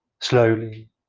slowly